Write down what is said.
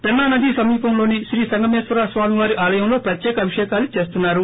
పెన్సా నదీ సమీపంలోని శ్రీ సంగమేశ్వర స్వామివారి ఆలయంలో ప్రత్యేక అభిషకాలు చేస్తున్నారు